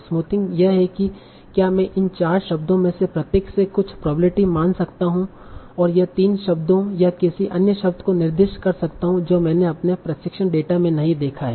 smoothing यह है कि क्या मैं इन चार शब्दों में से प्रत्येक से कुछ प्रोबेबिलिटी मान सकता हूं और यह तीन शब्दों या किसी अन्य शब्द को निर्दिष्ट कर सकता हूं जो मैंने अपने प्रशिक्षण डेटा में नहीं देखा है